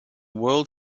world